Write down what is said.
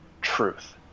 truth